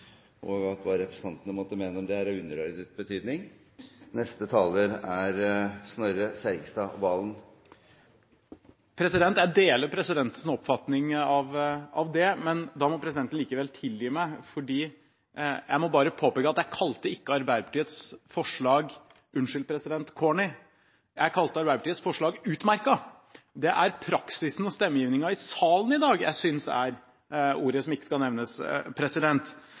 og at hva representantene måtte mene om det, er av underordnet betydning. Jeg deler presidentens oppfatning av det, men da må presidenten likevel tilgi meg, for jeg må bare påpeke at jeg kalte ikke Arbeiderpartiets forslag – unnskyld, president! – «corny». Jeg kalte Arbeiderpartiets forslag utmerket. Det er praksisen og stemmegivningen i salen i dag jeg synes er ordet som ikke skal nevnes, president.